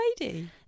lady